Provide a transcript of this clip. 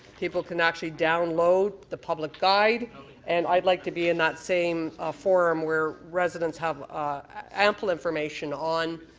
people can actually download the public guide and i'd like to be in that same forum where residents have ample information on